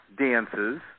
dances